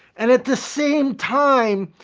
and at the same time,